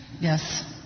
yes